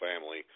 family